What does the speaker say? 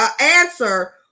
answer